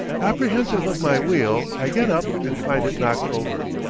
apprehensive of my wheel, i get up and find it knocked over,